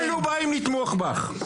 אלו באים לתמוך בך,